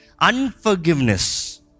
Unforgiveness